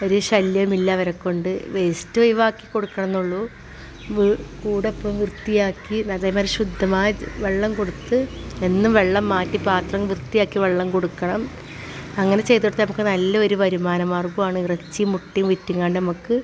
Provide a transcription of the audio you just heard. ഒരു ശല്യമില്ലവരെ കൊണ്ട് വേസ്റ്റൊയിവാക്കി കൊടുക്കണന്നൊള്ളൂ കൂ കൂടൊക്കെ വൃത്തിയാക്കി അതേമാതിരി ശുദ്ധമായ വെള്ളം കൊടുത്ത് എന്നും വെള്ളം മാറ്റി പാത്രം വൃത്തിയാക്കി വെള്ളം കൊടുക്കണം അങ്ങനെ ചെയ്തോടുത്താൽ നമുക്ക് നല്ലൊരു വരുമാന മാർഗം ആണ് ഇറച്ചിയും മുട്ടയും വിറ്റും കൊണ്ട് നമുക്ക്